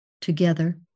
together